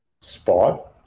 spot